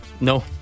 No